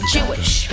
Jewish